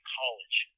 college